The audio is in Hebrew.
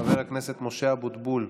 חבר הכנסת משה אבוטבול,